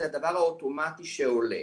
זה הדבר האוטומטי שעולה.